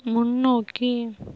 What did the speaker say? முன்னோக்கி